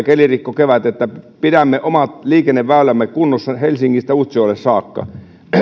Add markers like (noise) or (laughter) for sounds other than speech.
(unintelligible) kelirikkokevät että pidämme omat liikenneväylämme kunnossa helsingistä utsjoelle saakka